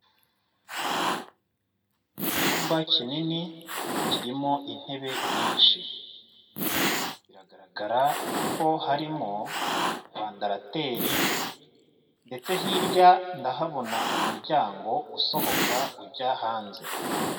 Icyumba kinini kirimo intebe nyinshi biragaragara ko harimo vandarateri ndetse hirya ndahabona umuryango usohoka ujya hanze.